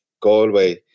Galway